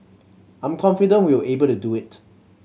I'm confident we'll be able to do it